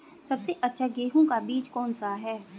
सबसे अच्छा गेहूँ का बीज कौन सा है?